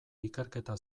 ikerketa